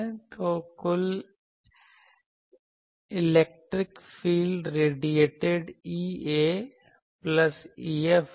तो कुल इलेक्ट्रिक क्षेत्र रेडिएटिड EA plus EF होगा